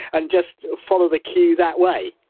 and just follow the queue that way?